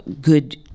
good